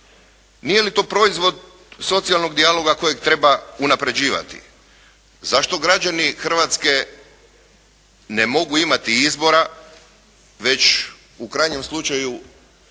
Nije li to proizvod socijalnog dijaloga kojeg treba unapređivati? Zašto građani Hrvatske ne mogu imati izbora, već u krajnjem slučaju